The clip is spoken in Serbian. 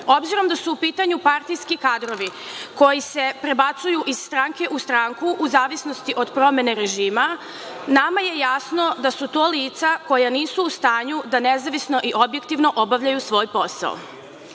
koristi. Obzirom da su u pitanju partijski kadrovi koji se prebacuju iz stranke u stranku u zavisnosti od promene režima, nama je jasno da su to lica koja nisu u stanju da nezavisno i objektivno obavljaju svoj posao. Imali